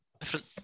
different